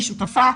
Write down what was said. אני שותפה?